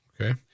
Okay